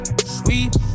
sweet